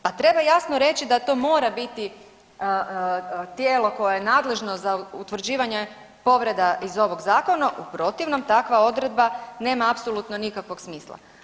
Pa treba jasno reći da to mora biti tijelo koje je nadležno za utvrđivanje povreda iz ovog zakona, u protivnom takva odredba nema apsolutno nikakvog smisla.